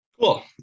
cool